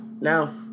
no